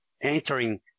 entering